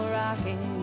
rocking